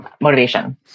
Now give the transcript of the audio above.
motivation